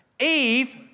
Eve